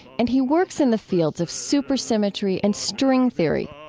and he works in the fields of supersymmetry and string theory.